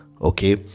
okay